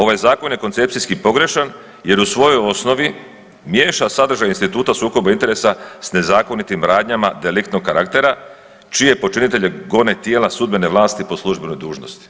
Ovaj zakon je koncepcijski pogrešan jer u svojoj osnovi miješa sadržaj instituta o sukobu interesa s nezakonitim radnjama deliktnog karaktera čije počinitelje gone tijela sudbene vlasti po službenoj dužnosti.